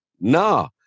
no